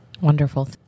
Wonderful